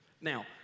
Now